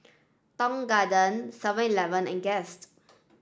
Tong Garden Seven Eleven and Guest